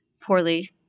poorly